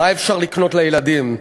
מה אפשר לקנות לילדים.